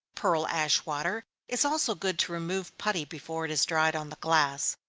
pearl-ash water is also good to remove putty before it is dried on the glass.